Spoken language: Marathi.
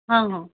हं हं